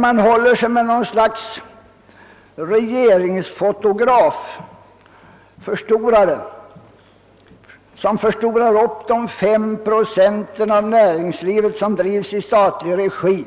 Man håller sig emellertid med något slags regeringsfotograf eller förstorare, som förstorar upp de 5 procent av näringslivet som drivs i statlig regi.